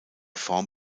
form